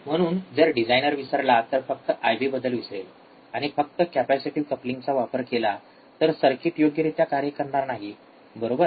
म्हणून जर डिझायनर विसरला तर फक्त आय बी बद्दल विसरेल आणि फक्त कॅपेसिटिव्ह कपलिंगचा वापर केला तर सर्किट योग्यरित्या कार्य करणार नाही बरोबर